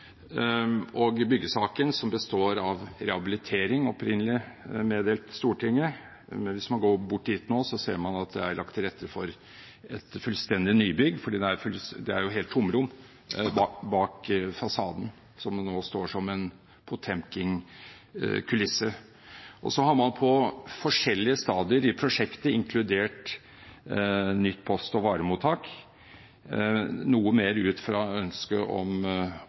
og byggesaken som består av rehabilitering, slik det opprinnelig er meddelt Stortinget. Hvis man går dit nå, ser man at det er lagt til rette for et fullstendig nybygg, fordi det er et tomrom bak fasaden, som nå står som en potemkinkulisse. Man har på forskjellige stadier i prosjektet inkludert et nytt post- og varemottak noe mer ut fra ønsket om